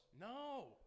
No